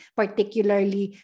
particularly